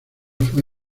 fue